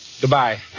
Goodbye